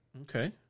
Okay